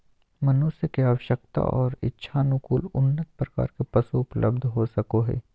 मनुष्य के आवश्यकता और इच्छानुकूल उन्नत प्रकार के पशु उपलब्ध हो सको हइ